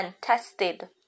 tested